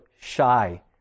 shy